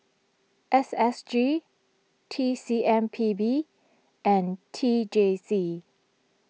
S S G T C M P B and T J C